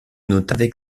notamment